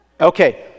Okay